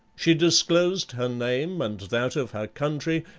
she disclosed her name and that of her country,